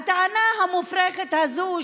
הטענה המופרכת הזאת,